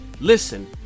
Listen